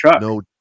no